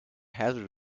hazard